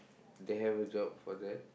they have a job for that